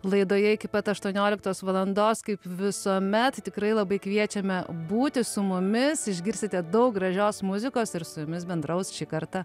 laidoje iki pat aštuonioliktos valandos kaip visuomet tikrai labai kviečiame būti su mumis išgirsite daug gražios muzikos ir su jumis bendraus šį kartą